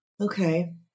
Okay